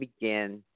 begin